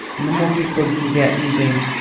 and the more people you can get using